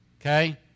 okay